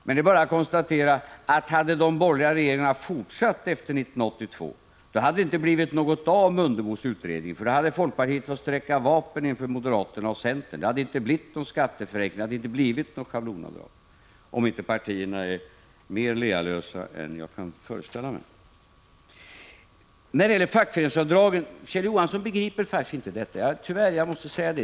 Men det är bara att konstatera: Hade de borgerliga regeringarna fortsatt efter 1982, hade det inte blivit något av Mundebos utredning, för då hade folkpartiet fått sträcka vapen inför moderaterna och centern. Det hade inte blivit någon skatteförenkling och inte något förslag om schablonavdraget, om inte partierna är mer lealösa än jag kan föreställa mig. När det gäller avdraget för fackföreningsavgift måste jag tyvärr säga att Kjell Johansson inte begriper.